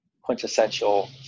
quintessential